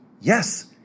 Yes